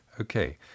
Okay